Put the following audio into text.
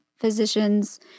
physicians